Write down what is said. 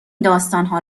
داستانها